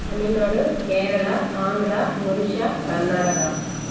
Tamil Nadu Kerala Andhra Orissa Karnataka